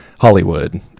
Hollywood